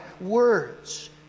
words